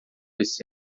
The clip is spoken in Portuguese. esse